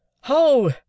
How